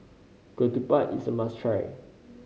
ketupat is a must try